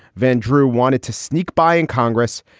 van drew wanted to sneak by in congress,